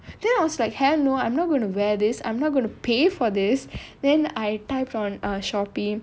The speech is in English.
then I was like hell no I'm not going to wear this I'm not going to pay for this then I typed on uh Shopee